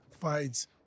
fights